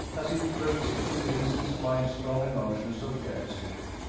as it raised in vincent's mind strong emotions of jealousy,